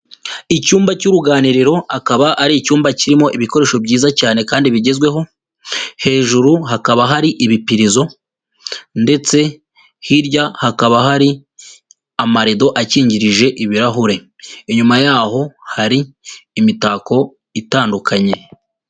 Icyumba cy'uruganiriro akaba ari icyumba kirimo ibikoresho byiza cyane kandi bigezweho hejuru hakaba hari ibipirizo ndetse hirya hakaba hari amarido akingirije ibirahure, inyuma yaho hari imitako itandukanye.